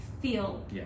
feel